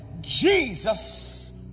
Jesus